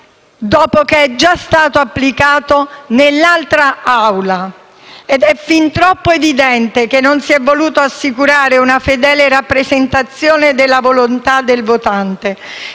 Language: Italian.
dopo che è già stato applicato nell'altra. Ed è fin troppo evidente che non si è voluto assicurare una fedele rappresentazione della volontà del votante